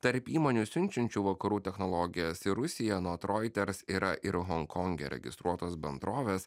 tarp įmonių siunčiančių vakarų technologijas į rusiją anot reuters yra ir honkonge registruotos bendrovės